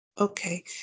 Okay